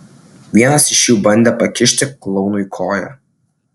vienas iš jų bandė pakišti klounui koją